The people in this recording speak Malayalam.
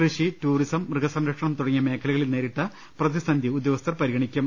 കൃഷി ടൂറിസം മൃഗസംരക്ഷണം തുടങ്ങിയ മേഖലകളിൽ നേരിട്ട പ്രതി സന്ധി ഉദ്യോഗസ്ഥർ പരിഗണിക്കും